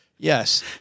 Yes